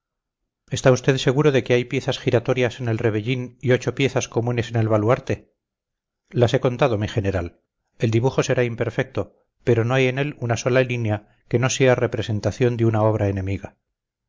está usted seguro de que hay piezas giratorias en el rebellín y ocho piezas comunes en el baluarte las he contado mi general el dibujo será imperfecto pero no hay en él una sola línea que no sea representación de una obra enemiga